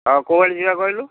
ହେଉ କେଉଁ ଆଡ଼େ ଯିବା କହିଲୁ